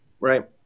right